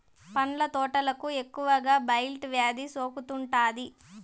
పండ్ల తోటలకు ఎక్కువగా బ్లైట్ వ్యాధి సోకుతూ ఉంటాది